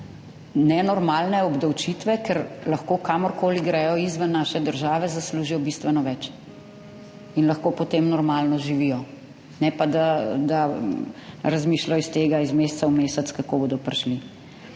(Nadaljevanje) obdavčitve, ker lahko kamorkoli gredo izven naše države, zaslužijo bistveno več in lahko potem normalno živijo, ne pa da da razmišljajo iz meseca v mesec kako bodo prišli.